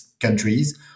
countries